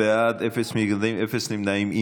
בעד, 16, אין מתנגדים, אין נמנעים.